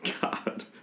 god